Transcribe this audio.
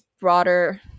broader